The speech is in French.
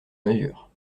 mesure